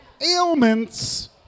ailments